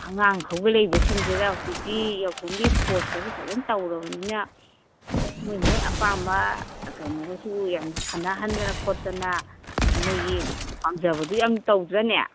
ꯑꯉꯥꯡ ꯍꯧꯒꯠꯂꯛꯏꯕꯁꯤꯡꯁꯤꯗ ꯍꯧꯖꯤꯛꯇꯤ ꯌꯥꯎꯁꯪꯒꯤ ꯏꯁꯄꯣꯔꯠꯀꯁꯤ ꯐꯖꯅ ꯇꯧꯔꯕꯅꯤꯅ ꯃꯣꯏꯒꯤ ꯃꯣꯏꯒꯤ ꯑꯄꯥꯝꯕ ꯀꯩꯅꯣꯒꯁꯨ ꯌꯥꯝ ꯁꯥꯟꯅꯍꯟꯗꯅ ꯈꯣꯠꯇꯅ ꯃꯣꯏꯒꯤ ꯄꯥꯝꯖꯕꯗꯨ ꯌꯥꯝ ꯇꯧꯗ꯭ꯔꯅꯦ